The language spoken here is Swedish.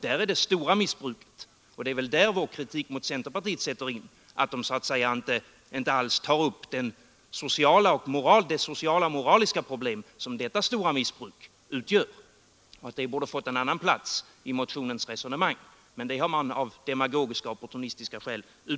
Där är det stora missbruket, och det är där vår kritik mot centerpartiet sätter in: centern tar inte alls upp det sociala och moraliska problem som detta missbruk utgör. Det borde ha fått en annan plats i motionens resonemang, men det har uteslutits av demagogiska och opportunistiska skäl.